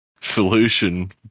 solution